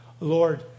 Lord